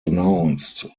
announced